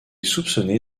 soupçonné